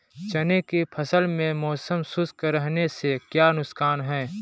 चने की फसल में मौसम शुष्क रहने से क्या नुकसान है?